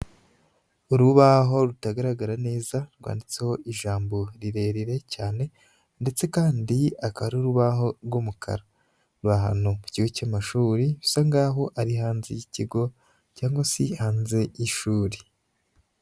Urubaho rutagaragara neza rwanditseho ijambo rirerire cyane, ndetse kandi akaba ari urubaho rw'umukara. Ruri ahantu ku kigo cy'amashuri, bisa nkaho ari hanze y'ikigo cyangwa se hanze y'ishuri.